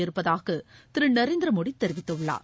இருப்பதாகதிருநரேந்திரமோடிதெரிவித்துள்ளார்